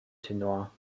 tenor